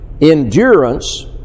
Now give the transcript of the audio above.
endurance